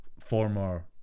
former